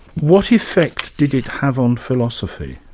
what effect did it have on philosophy?